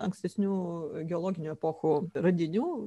ankstesnių geologinių epochų radinių